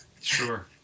Sure